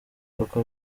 koko